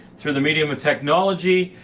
through the medium of technology,